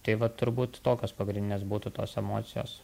tai va turbūt tokios pagrindinės būtų tos emocijos